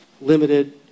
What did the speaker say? limited